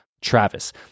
Travis